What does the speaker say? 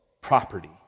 property